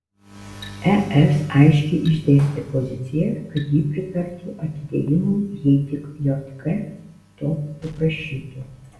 es aiškiai išdėstė poziciją kad ji pritartų atidėjimui jei tik jk to paprašytų